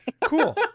Cool